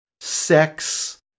sex